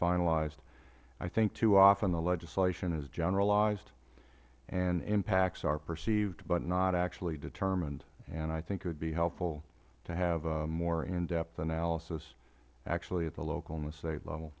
finalized i think too often the legislation is generalized and impacts are perceived but not actually determined and i think it would be helpful to have a more in depth analysis actually at the local and the state level